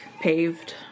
paved